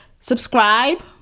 Subscribe